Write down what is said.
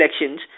elections